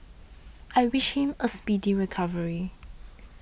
I wish him a speedy recovery